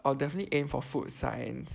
I will definitely aim for food science